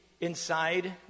Inside